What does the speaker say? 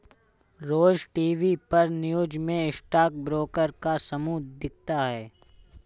रोज TV पर news में stock broker का समूह दिखता है